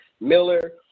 Miller